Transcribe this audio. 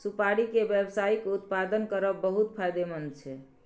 सुपारी के व्यावसायिक उत्पादन करब बहुत फायदेमंद छै